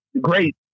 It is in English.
great